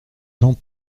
quand